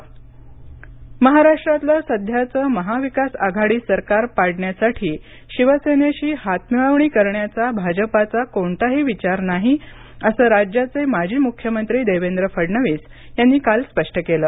फडणवीस महाराष्ट्रातलं सध्याचं महाविकास आघाडी सरकार पाडण्यासाठी शिवसेनेशी हातमिळवणी करण्याचा भाजपाचा कोणताही विचार नाही असं राज्याचे माजी मुख्यमंत्री देवेंद्र फडणवीस यांनी काल स्पष्ट केलं